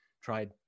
tried